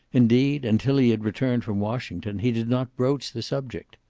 indeed, until he had returned from washington he did not broach the subject.